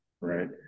right